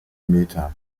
meter